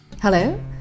Hello